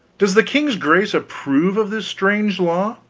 does the king's grace approve of this strange law?